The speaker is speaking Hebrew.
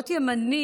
להיות ימני